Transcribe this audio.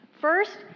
First